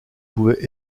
pouvaient